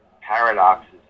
paradoxes